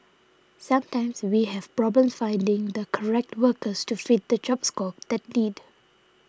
sometimes we have problems finding the correct workers to fit the job scope that need